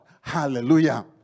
Hallelujah